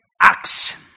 action